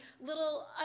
Little